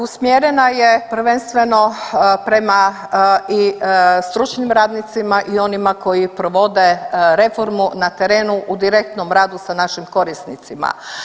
Usmjerena je prvenstveno prema i stručnim radnicima i onima koji provode reformu na terenu u direktnom radu sa našim korisnicima.